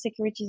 securitization